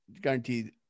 Guaranteed